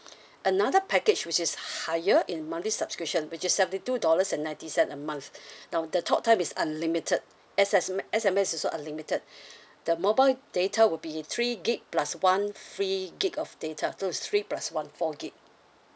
another package which is higher in monthly subscription which is seventy two dollars and ninety cent month now the talk time is unlimited S S m~ S_M_S is also unlimited the mobile data will be three gig plus one free gig of data so it's three plus one four gig